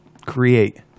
Create